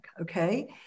okay